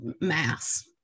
mass